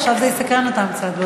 עכשיו זה יסקרן אותם קצת.